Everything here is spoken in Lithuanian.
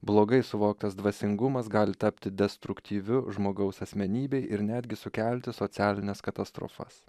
blogai suvoktas dvasingumas gali tapti destruktyviu žmogaus asmenybei ir netgi sukelti socialines katastrofas